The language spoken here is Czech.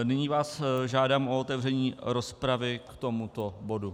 Nyní vás žádám o otevření rozpravy k tomuto bodu.